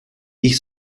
ich